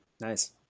Nice